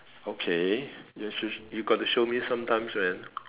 okay you should you got to show me sometimes man